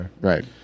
Right